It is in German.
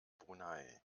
brunei